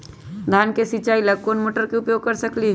धान के सिचाई ला कोंन मोटर के उपयोग कर सकली ह?